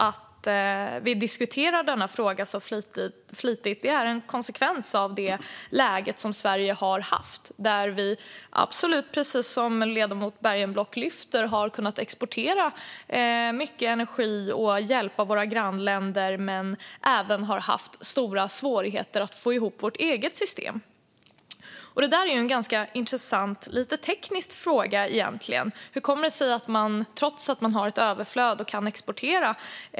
Att vi diskuterar denna fråga så flitigt är en konsekvens av det läge som Sverige har haft och där vi, precis som ledamoten Bergenblock lyfter fram, har kunnat exportera mycket energi och hjälpa våra grannländer men där vi även har haft stora svårigheter att få ihop vårt eget system. Det är en intressant teknisk fråga hur det kan komma sig att man kan ha brist trots att man har ett överflöd och kan exportera.